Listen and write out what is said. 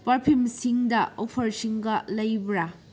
ꯄꯔꯐ꯭ꯌꯨꯝꯁꯤꯡꯗ ꯑꯣꯐꯔꯁꯤꯡꯒ ꯂꯩꯕ꯭ꯔꯥ